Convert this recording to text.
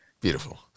Beautiful